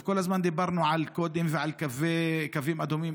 כל הזמן דיברנו על קודים ועל קווים אדומים.